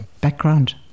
background